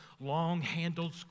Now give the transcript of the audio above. long-handled